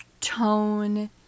tone